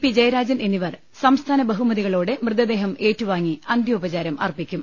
P Jayarajan എന്നിവർ സംസ്ഥാന ബ്ഹുമതികളോടെ മൃതദേഹം ഏറ്റുവാങ്ങി അന്ത്യോപചാരം അർപ്പിക്കും